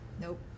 Nope